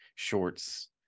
shorts